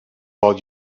all